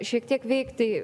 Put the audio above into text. šiek tiek veikti